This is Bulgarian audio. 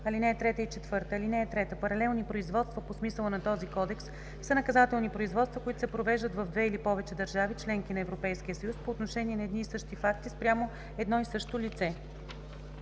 ал. 3 и ал. 4: „(3) „Паралелни производства“ по смисъла на този кодекс са наказателни производства, които се провеждат в две или повече държави – членки на Европейския съюз, по отношение на едни и същи факти спрямо едно и също лице.